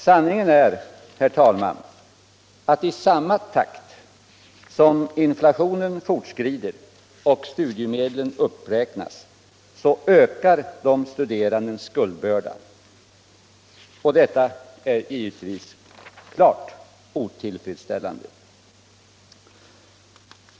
Sanningen är, herr talman, att i samma takt som inflationen fortskrider och studiemedlen uppräknas ökar de studerandes skuldbörda, och detta är givetvis klart otillfredsställande.